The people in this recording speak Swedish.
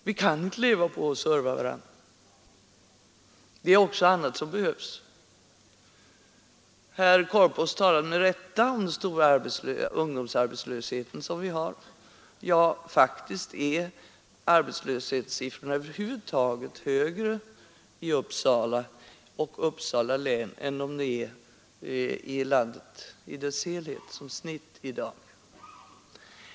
Vi kan inte leva på att serva varandra. Det behövs också annat. Herr Korpås talade med rätta om den stora ungdomsarbetslösheten som vi har. Faktiskt är arbetslöshetssiffrorna över huvud taget högre i Uppsala och Uppsala län än genomsnittssiffran för landet i dess helhet.